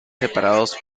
separados